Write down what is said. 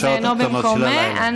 כולל השעות הקטנות של הלילה.